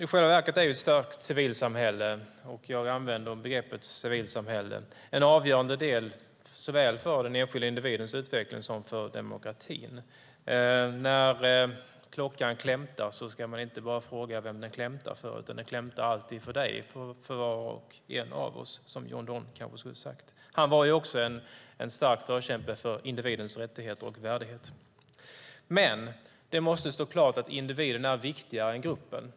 I själva verket är ett starkt civilsamhälle - jag använder begreppet civilsamhälle - en avgörande del för såväl den enskilda individens utveckling som demokratin. När klockan klämtar ska man inte bara fråga vem den klämtar för, för den klämtar alltid för dig - för var och en av oss, som John Donne kanske skulle ha sagt. Han var också en stark förkämpe för individens rättigheter och värdighet. Men det måste stå klart att individen är viktigare än gruppen.